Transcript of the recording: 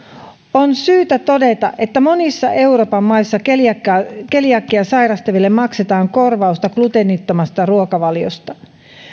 on syytä todeta että monissa euroopan maissa keliakiaa keliakiaa sairastaville maksetaan korvausta gluteenittomasta ruokavaliosta